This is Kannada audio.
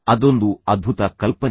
ಅದೊಂದು ಅದ್ಭುತ ಕಲ್ಪನೆ